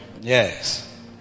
Yes